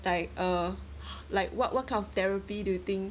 like err like what what kind of therapy do you think